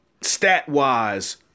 stat-wise